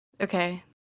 okay